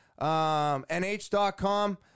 nh.com